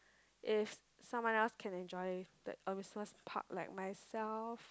if someone else can enjoy the amusement park like myself